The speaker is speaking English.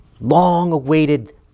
long-awaited